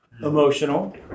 Emotional